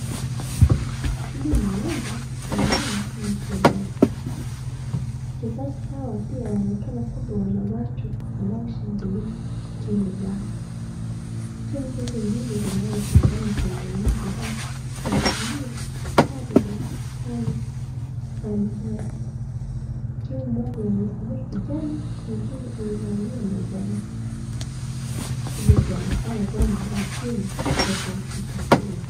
Hili ni uwanja na hawa ni wachezaji. Wachezaji hawa pia wanaonekana kwamba wana watu wanaoshangilia timu zao. Timu hizi mbili zinazoshindana kwenye uwanja hii wamevalia sare za rangi mbalimbali. Timu moja imevalia kijani, mwingine imevalia manjano ili kuonekana kwamba ni timu tofauti tofauti.